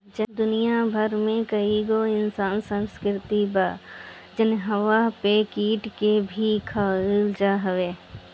दुनिया भर में कईगो अइसन संस्कृति बा जहंवा पे कीट के भी खाइल जात हवे